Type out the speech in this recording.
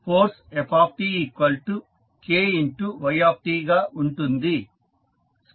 కాబట్టి ఫోర్స్ ftKytగా ఉంటుంది